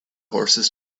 horses